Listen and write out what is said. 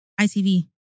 ITV